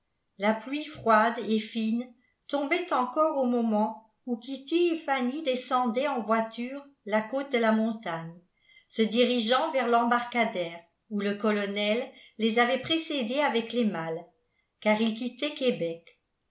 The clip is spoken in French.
la pluie froide et fine tombait encore au moment où kitty et fanny descendaient en voiture la côte de la montagne se dirigeant vers l'embarcadère où le colonel les avait précédées avec les malles car ils quittaient québec